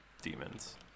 demons